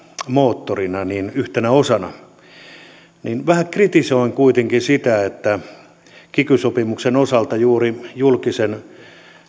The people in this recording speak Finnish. moottorina yhtenä osana vähän kritisoin kuitenkin sitä että kun kiky sopimuksen osalta juuri julkisen